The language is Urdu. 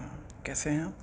کیسے ہیں آپ